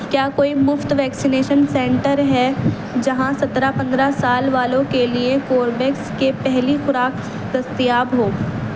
کیا کوئی مفت ویکسینیشن سنٹر ہے جہاں سترہ پندرہ سال والوں کے لیے کوربیکس کے پہلی خوراک دستیاب ہو